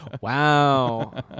Wow